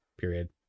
period